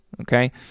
Okay